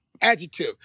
adjective